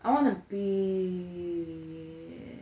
I wanna be